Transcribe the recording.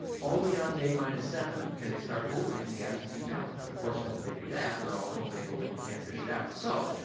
only on day minus seven can they start opening the absentee ballots. and of course, once they do that, they're all co-mingled and you can't fish it out. so,